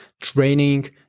training